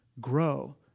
grow